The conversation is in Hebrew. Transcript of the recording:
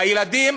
והילדים,